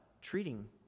treating